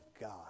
God